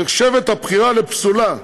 נחשבת הבחירה לפסולה,